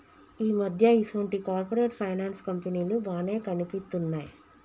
ఈ మధ్య ఈసొంటి కార్పొరేట్ ఫైనాన్స్ కంపెనీలు బానే కనిపిత్తున్నయ్